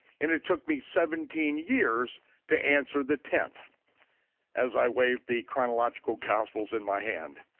and it took me seventeen years to answer the tenth as i waved the chronological gospels in my hand.